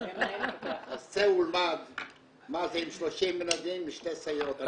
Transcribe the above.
אז צא ולמד מה זה עם 30 ילדים ושתי סייעות.